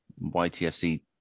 YTFC